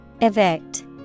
Evict